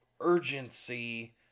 urgency